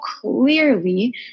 clearly